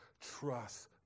trust